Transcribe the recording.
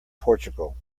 portugal